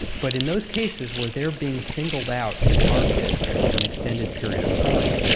but in those cases where they are being singled out and targeted over an extended period of time,